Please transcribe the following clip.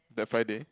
that Friday